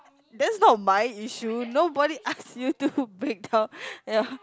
that's not my issue nobody ask you to breakdown ya